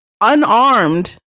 unarmed